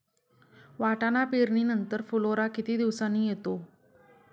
वाटाणा पेरणी नंतर फुलोरा किती दिवसांनी येतो?